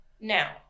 Now